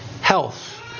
health